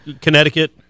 Connecticut